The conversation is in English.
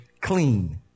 clean